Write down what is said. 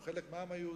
הוא חלק מהעם היהודי.